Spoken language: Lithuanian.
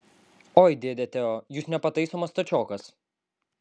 oi dėde teo jūs nepataisomas stačiokas